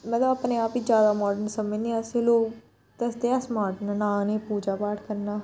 मतलब अपने आप गी ज्यादा मार्डन समझने अस लोक दस्सदे अस मार्डन न नां उ'नें पूजा पाठ करना